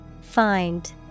Find